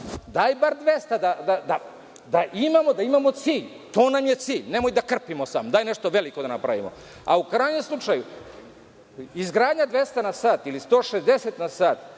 Daj bar 200 da imamo, da imamo cilj. To nam je cilj. Nemoj da krpimo samo, daj nešto veliko da napravimo.U krajnjem slučaju, izgradnja 200 na sat ili 160 na sat